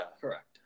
Correct